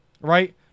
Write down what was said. right